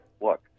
look